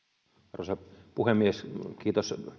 arvoisa puhemies kiitos